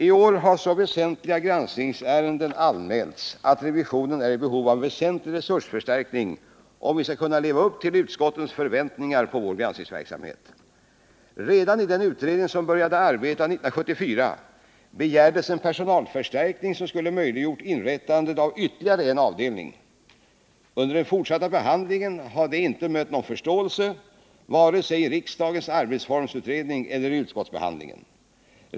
I år har så väsentliga granskningsärenden anmälts att revisionen är i behov av en betydande resursförstärkning, om vi skall kunna leva upp till utskottens förväntningar på vår granskningsverksamhet. Redan i den utredning som började arbeta 1974 begärdes en personalförstärkning som skulle ha möjliggjort inrättandet av ytterligare en avdelning. Under den fortsatta behandlingen har detta inte mött förståelse vare sig i riksdagens arbetsformsutredning eller i utskottsbehandlingen.